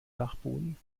dachboden